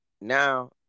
Now